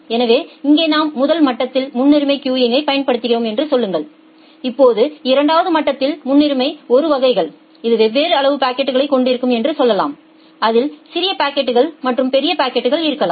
எனவே இங்கே நாம் முதல் மட்டத்தில் முன்னுரிமை கியூங்யை பயன்படுத்துகிறோம் என்று சொல்லுங்கள் இப்போது இரண்டாவது மட்டத்தில் முன்னுரிமை 1 வகைகள் இது வெவ்வேறு அளவு பாக்கெட்களைக் கொண்டிருக்கும் என்று சொல்லலாம் அதில் சிறிய பாக்கெட்கள் மற்றும் பெரிய பாக்கெட்கள் இருக்கலாம்